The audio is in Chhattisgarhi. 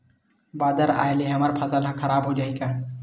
बादर आय ले हमर फसल ह खराब हो जाहि का?